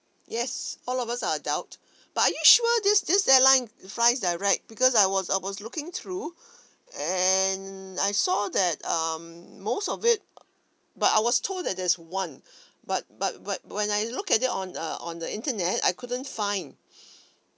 yes all of us are adult but are you sure this this airline flies direct because I was I was looking through and I saw that um most of it but I was told that there's one but but but when I look at it on uh on the internet I couldn't find